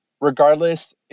regardless